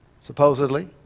supposedly